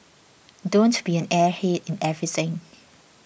don't be an airhead in everything